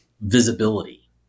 visibility